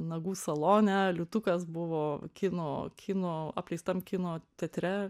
nagų salone liūtukas buvo kino kino apleistam kino teatre